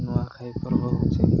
ନୂଆଖାଇ ପର୍ବ ହଉଛି